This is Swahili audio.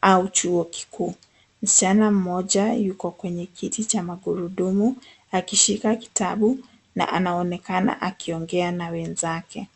au chuo kikuu. Msichana mmoja yuko kwenye kiti cha magurudumu akishika kitabu na anaonekana akiongea na wenzake.